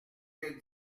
que